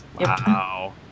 Wow